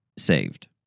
saved